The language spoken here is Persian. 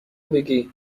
بگی